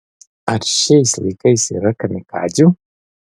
ar šiais laikais yra kamikadzių